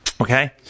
Okay